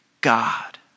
God